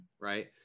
right